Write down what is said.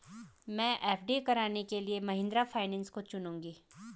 मैं एफ.डी कराने के लिए महिंद्रा फाइनेंस को चुनूंगी